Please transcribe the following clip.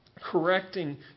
correcting